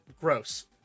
gross